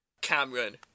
Cameron